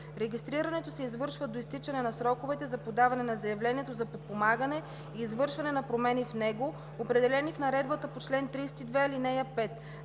Регистрирането се извършва до изтичане на сроковете за подаване на заявлението за подпомагане и извършване на промени в него, определени в наредбата по чл. 32, ал. 5.